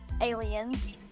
Aliens